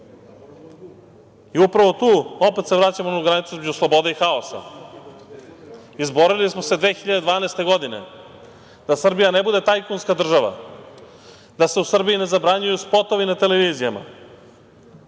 tu, opet se vraćamo na onu granicu između slobode i haosa. Izborili smo se 2012. godine da Srbija ne bude tajkunska država, da se u Srbiji ne zabranjuju spotovi na televizijama,